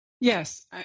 Yes